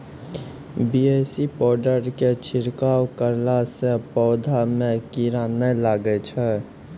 BAC powder के छिड़काव करला से पौधा मे कीड़ा नैय लागै छै?